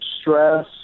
stress